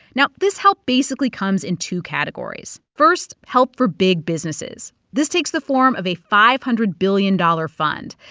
now, this help basically comes in two categories. first, help for big businesses. this takes the form of a five hundred billion dollars fund.